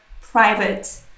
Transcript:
private